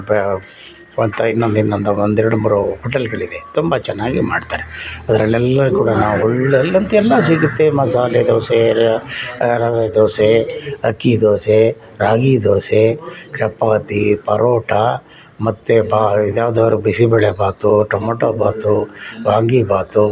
ಪ ಅಂತ ಇನ್ನೊಂದು ಇನ್ನೊಂದು ಒಂದು ಎರಡು ಬ್ರೊ ಹೋಟೆಲ್ಗಳಿವೆ ತುಂಬ ಚೆನ್ನಾಗಿ ಮಾಡ್ತಾರೆ ಅದ್ರಲ್ಲೆಲ್ಲ ಕೂಡ ನಾವು ಒಳ್ಳೆಯ ಅಲ್ಲಂತೂ ಎಲ್ಲ ಸಿಗುತ್ತೆ ಮಸಾಲೆ ದೋಸೆ ರ ರವೆ ದೋಸೆ ಅಕ್ಕಿ ದೋಸೆ ರಾಗಿ ದೋಸೆ ಚಪಾತಿ ಪರೋಟ ಮತ್ತು ಬಾ ಇದ್ಯಾವ್ದಾದ್ರೂ ಬಿಸಿಬೇಳೆ ಬಾತು ಟೊಮೊಟೊ ಬಾತು ವಾಂಗಿ ಬಾತು